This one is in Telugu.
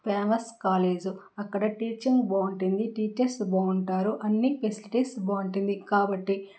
ఫేమస్ కాలేజ్ అక్కడ టీచింగ్ బాగుంటుంది టీచర్స్ బాగుంటారు అన్నీ ఫెసిలిటీస్ బాగుంటుంది కాబట్టి